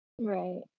Right